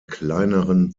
kleineren